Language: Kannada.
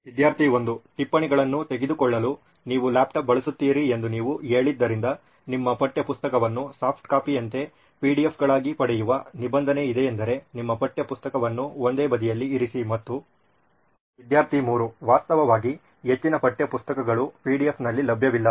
ವಿದ್ಯಾರ್ಥಿ 1 ಟಿಪ್ಪಣಿಗಳನ್ನು ತೆಗೆದುಕೊಳ್ಳಲು ನೀವು ಲ್ಯಾಪ್ಟಾಪ್ ಬಳಸುತ್ತೀರಿ ಎಂದು ನೀವು ಹೇಳಿದ್ದರಿಂದ ನಿಮ್ಮ ಪಠ್ಯಪುಸ್ತಕವನ್ನು ಸಾಫ್ಟ್ ಕಾಪಿಯಂತೆ PDFಗಳಾಗಿ ಪಡೆಯುವ ನಿಬಂಧನೆ ಇದೆಯೆಂದರೆ ನಿಮ್ಮ ಪಠ್ಯಪುಸ್ತಕವನ್ನು ಒಂದೇ ಬದಿಯಲ್ಲಿ ಇರಿಸಿ ಮತ್ತು ವಿದ್ಯಾರ್ಥಿ 3 ವಾಸ್ತವವಾಗಿ ಹೆಚ್ಚಿನ ಪಠ್ಯ ಪುಸ್ತಕಗಳು PDFನಲ್ಲಿ ಲಭ್ಯವಿಲ್ಲ